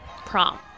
Prom